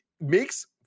makes